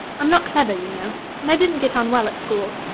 i'm not clever, you know, and i didn't get on well at school.